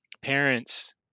parents